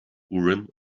urim